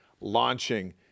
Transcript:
launching